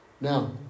Now